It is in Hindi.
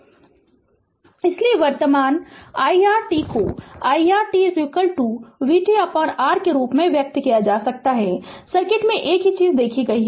Refer Slide Time 1812 इसलिए वर्तमान iR t को iR t vtR के रूप में व्यक्त किया जा सकता है सर्किट में एक ही चीज़ देखी गई है